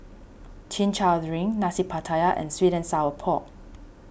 Chin Chow Drink Nasi Pattaya and Sweet and Sour Pork